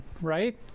right